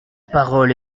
parole